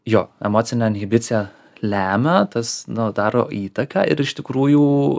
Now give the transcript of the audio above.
jo emocinė inhibicija lemia tas nu daro įtaką ir iš tikrųjų